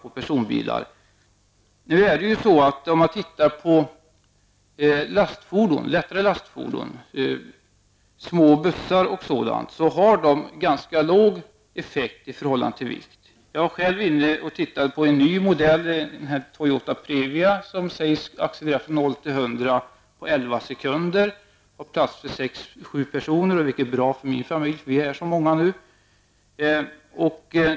Om man ser till lättare lastfordon, små bussar och liknande, har de en ganska låg effekt i förhållande till vikt. Jag har själv tittat på en ny modell, Toyota Previa, som sägs accelerera från 0 till 100 km/tim på 11 sekunder. Den sägs ha plats för sex sju personer, vilket är bra för min familj, eftersom vi nu är så många.